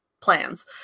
plans